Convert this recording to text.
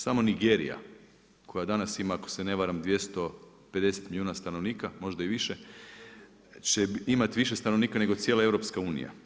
Samo Nigerija koja danas ima, ako se ne varam, 250 milijuna stanovnika, možda i više će imati više stanovnika nego cijela EU.